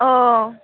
औ